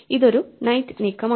ഇതൊരു നൈറ്റ് നീക്കമാണ്